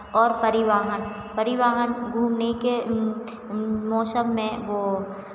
और परिवहन परिवहन घूमने के मौसम में वो